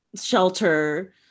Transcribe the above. shelter